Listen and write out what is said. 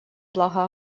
благо